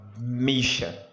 mission